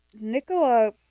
nicola